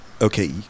okay